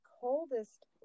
coldest